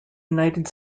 united